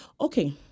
Okay